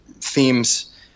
themes